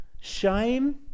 shame